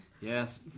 Yes